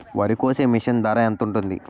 వరి కోసే మిషన్ ధర ఎంత ఉంటుంది?